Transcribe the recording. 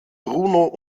bruno